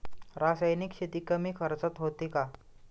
रासायनिक शेती कमी खर्चात होते का?